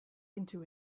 into